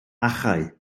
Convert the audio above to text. achau